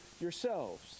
yourselves